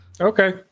Okay